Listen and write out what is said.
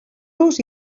los